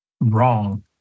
wrong